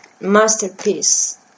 masterpiece